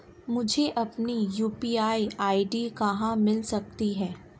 मुझे अपनी UPI ID कहां मिल सकती है?